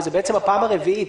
וזו בעצם הפעם הרביעית.